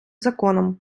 законом